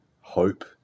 hope